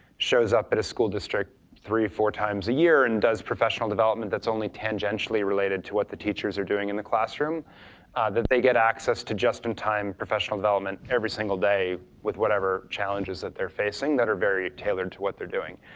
shows up at a school district three, four times a year and does professional development that's only tangentially related to what the teachers are doing in the classroom that they get access to just in time professional development every single day with whatever challenges that they're facing that are very tailored to what they're doing.